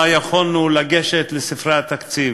ב-16:00 יכולנו לגשת לספרי התקציב.